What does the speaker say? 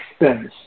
expense